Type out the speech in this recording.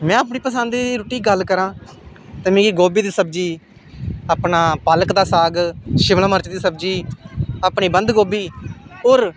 में अपनी पसंद दी रुट्टी गल्ल करां ते मिगी गोभी दी सब्जी अपना पालक दा साग शिमला मर्च दी सब्जी अपनी बंद गोभी होर